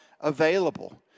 available